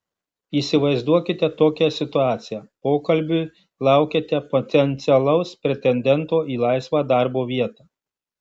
įsivaizduokite tokią situaciją pokalbiui laukiate potencialaus pretendento į laisvą darbo vietą